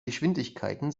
geschwindigkeiten